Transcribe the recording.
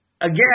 again